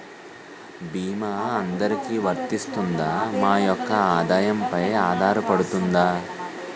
భీమా అందరికీ వరిస్తుందా? మా యెక్క ఆదాయం పెన ఆధారపడుతుందా?